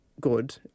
good